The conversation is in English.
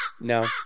No